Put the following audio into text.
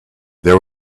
there